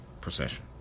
procession